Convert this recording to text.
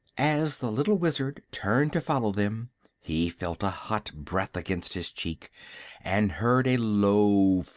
as the little wizard turned to follow them he felt a hot breath against his cheek and heard a low,